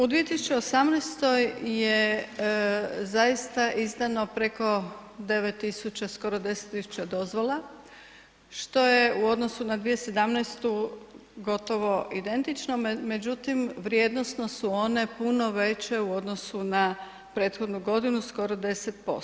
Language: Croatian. U 2018. je zaista izdano preko 9.000 skoro 10.000 dozvola što je u odnosu na 2017. gotovo identično, međutim vrijednosno su one puno veće u odnosu na prethodnu godinu skoro 10%